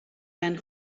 againn